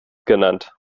genannt